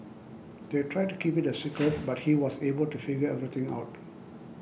they tried to keep it a secret but he was able to figure everything out